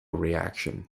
reaction